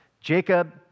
Jacob